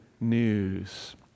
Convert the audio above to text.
news